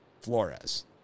Flores